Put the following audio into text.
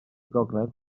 gogledd